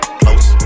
close